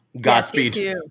Godspeed